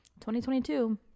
2022